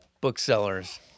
booksellers